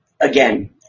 again